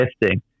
lifting